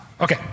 Okay